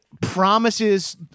promises